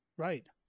Right